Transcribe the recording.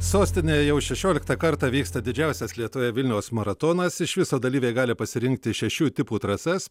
sostinėje jau šešioliktą kartą vyksta didžiausias lietuvoje vilniaus maratonas iš viso dalyviai gali pasirinkti šešių tipų trasas